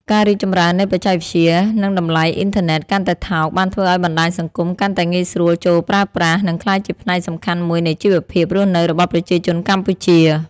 ការរីកចម្រើននៃបច្ចេកវិទ្យា និងតម្លៃអុីនធឺណិតកាន់តែថោក បានធ្វើឱ្យបណ្តាញសង្គមកាន់តែងាយស្រួលចូលប្រើប្រាស់ និងក្លាយជាផ្នែកសំខាន់មួយនៃជីវភាពរស់នៅរបស់ប្រជាជនកម្ពុជា។